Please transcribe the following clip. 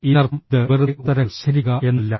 ഇതിനർത്ഥം ഇത് വെറുതെ ഉത്തരങ്ങൾ ശേഖരിക്കുക എന്നതല്ല